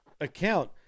account